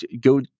go